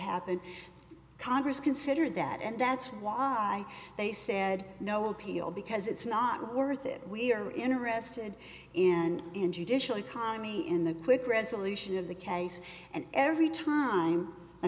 happen congress considered that and that's why they said no appeal because it's not worth it we are interested in in judicial economy in the quick resolution of the case and every time the